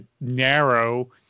narrow